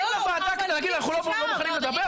באים לוועדה כדי להגיד 'אנחנו לא מוכנים לדבר'?